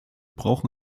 brauchen